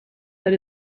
that